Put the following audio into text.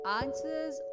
answers